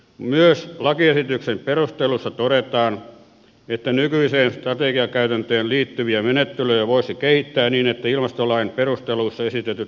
myös lakiesityksen perusteluissa todetaan että nykyiseen strategiakäytäntöön liittyviä menettelyjä voisi kehittää niin että ilmastolain perusteluissa esitetyt kehittämistarpeet saavutettaisiin